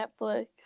netflix